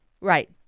Right